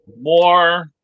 more